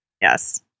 yes